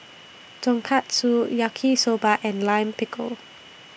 Tonkatsu Yaki Soba and Lime Pickle